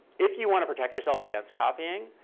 if you want to protect yourself against copying,